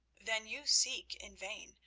then you seek in vain,